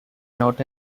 not